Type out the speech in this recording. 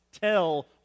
tell